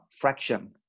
fraction